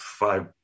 Five